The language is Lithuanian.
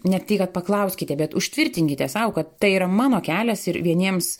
ne tai kad paklauskite bet užtvirtinkite sau kad tai yra mano kelias ir vieniems